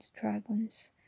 dragons